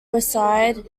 reside